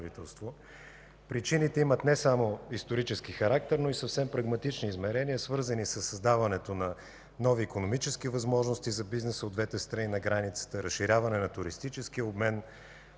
Причините имат не само исторически характер, но и съвсем прагматични измерения, свързани със създаването на нови икономически възможности за бизнеса от двете страни на границата, разширяване на туристическия обмен,